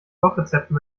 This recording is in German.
kochrezepten